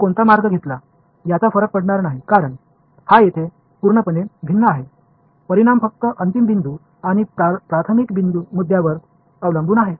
मी कोणता मार्ग घेतला याचा फरक पडणार नाही कारण हा येथे पूर्णपणे भिन्न आहे परिणाम फक्त अंतिम बिंदू आणि प्रारंभिक मुद्द्यावर अवलंबून आहे